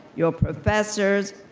your professors,